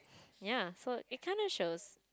ya so it kinda shows